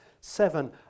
seven